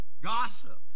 Gossip